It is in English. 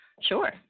sure